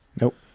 Nope